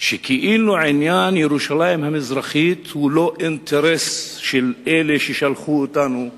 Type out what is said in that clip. כאילו עניין ירושלים המזרחית הוא לא אינטרס של אלה ששלחו אותנו לכנסת.